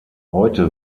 heute